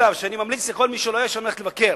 ואני ממליץ לכל מי שנמצא שם ללכת לבקר.